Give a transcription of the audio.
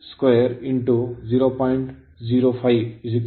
2k 32 0